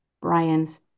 Brian's